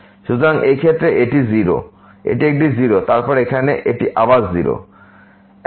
সুতরাং এই ক্ষেত্রে এটি একটি 0 এবং তারপর এখানে এটি আবার 0